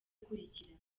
ikurikira